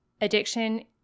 addiction